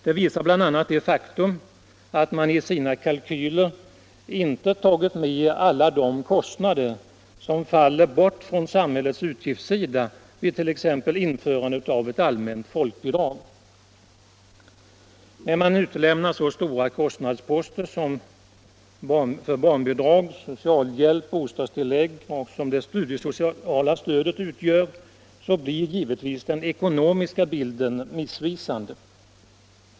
Det visar bl.a. det faktum att man i sina kalkyler inte 129 tagit med alla de kostnader som faller bort från samhällets utgiftssida vid t.ex. införandet av ett allmänt folkbidrag. När man utelämnar så stora kostnadsposter som barnbidrag, socialhjälp, bostadstillägg och studiesocialt stöd utgör, så blir givetvis den ekonomiska bilden missvisande.